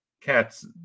cats